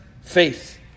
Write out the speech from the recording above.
faith